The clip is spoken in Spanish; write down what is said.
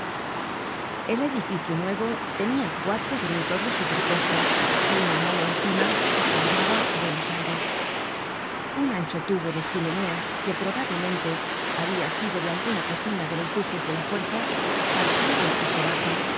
el edificio nuevo tenia cuatro dormitorios superpuestos y una mole encima que se llamaba buenos aires un ancho tubo de chimenea que probablemente habia sido de alguna cocina de los duques de la fuerza partia del piso bajo